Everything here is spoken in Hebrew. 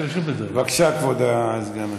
בבקשה, כבוד סגן השר.